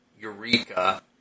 Eureka